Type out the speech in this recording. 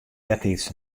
eartiids